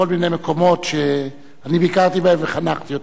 וכן בכל מיני מקומות שאני ביקרתי בהם וחנכתי אותם,